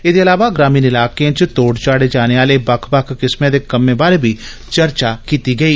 एहदे अलावा ग्रामीण इलाके च तोढ़ चाढ़े जाने आहले बक्ख बक्ख किस्में दे कम्में बारै बी चर्चा कीती गेई